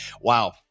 Wow